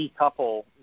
decouple